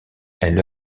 elle